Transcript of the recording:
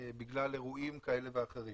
בגלל אירועים כאלה ואחרים.